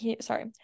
Sorry